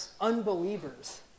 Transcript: unbelievers